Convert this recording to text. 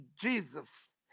Jesus